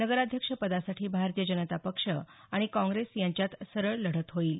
नगराध्यक्ष पदासाठी भारतीय जनता पक्ष आणि काँग्रेस यांच्यात सरळ लढत होईल